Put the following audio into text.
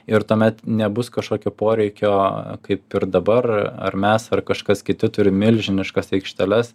ir tuomet nebus kažkokio poreikio kaip ir dabar ar mes ar kažkas kiti turi milžiniškas aikšteles